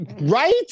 right